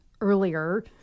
earlier